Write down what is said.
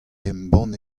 embann